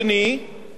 רצינו גם